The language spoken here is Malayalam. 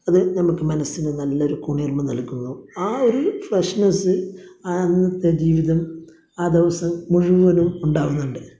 അത് നമുക്ക് മനസ്സിന് നല്ല ഒരു കുളിർമ നൽകുന്നു ആ ഒരു ഫ്രഷ്നസ് ആ അന്നത്തെ ജീവിതം ആ ദിവസം മുഴുവനും ഉണ്ടാകുന്നുണ്ട്